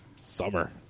Summer